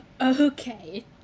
Okay